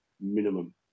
minimum